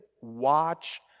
Watch